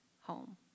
home